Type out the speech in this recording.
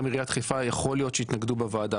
עיריית חיפה יכול להיות שגם יתנגדו בוועדה,